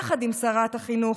יחד עם שרת החינוך,